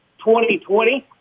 2020